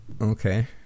Okay